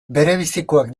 berebizikoak